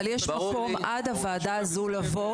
אבל יש מקום עד הוועדה הזאת לבוא,